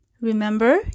Remember